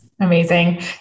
Amazing